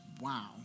wow